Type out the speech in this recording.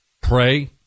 Pray